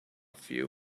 few